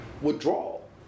withdrawal